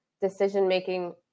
decision-making